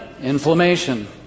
Inflammation